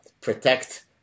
protect